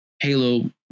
Halo